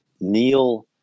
Neil